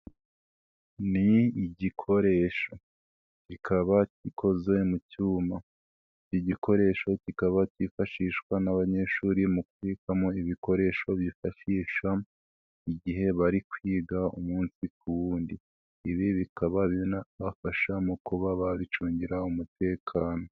Ni igikoresho kikaba gikoze mu cyuma igikoresho kikaba cyifashishwa n'abanyeshuri mu kubikamo ibikoresho bifashisha igihe bari kwiga umunsi ku wundi, ibi bikaba binabafasha mu kuba babicungira umutekano.